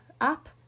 app